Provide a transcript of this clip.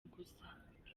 gusa